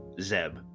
Zeb